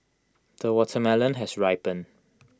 the watermelon has ripened